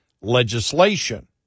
legislation